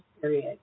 period